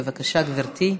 בבקשה, גברתי.